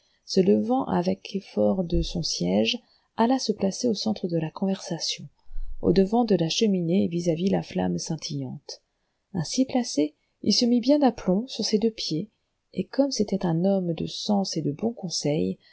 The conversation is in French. se levant avec effort de son siége alla se placer au centre de la conversation au-devant de la cheminée et vis-à-vis la flamme scintillante ainsi placé il se mit bien d'aplomb sur ses deux pieds et comme c'était un homme de sens et de bon conseil